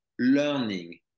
learning